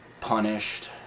punished